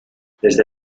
desde